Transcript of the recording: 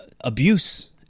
abuse